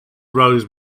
rose